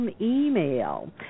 email